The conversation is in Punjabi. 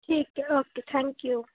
ਠੀਕ ਹੈ ਓਕੇ ਥੈਂਕ ਯੂ